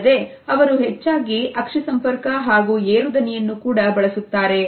ಅಲ್ಲದೆ ಅವರು ಹೆಚ್ಚಾಗಿ ಅಕ್ಷಿ ಸಂಪರ್ಕ ಹಾಗೂ ಏರು ದನಿಯನ್ನು ಕೂಡ ಬಳಸುತ್ತಾರೆ